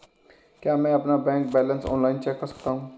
क्या मैं अपना बैंक बैलेंस ऑनलाइन चेक कर सकता हूँ?